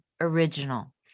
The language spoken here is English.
original